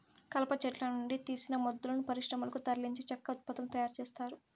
కలప చెట్ల నుండి తీసిన మొద్దులను పరిశ్రమలకు తరలించి చెక్క ఉత్పత్తులను తయారు చేత్తారు